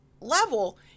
level